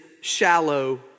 shallow